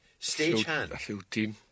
stagehand